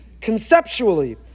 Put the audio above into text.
conceptually